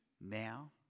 Now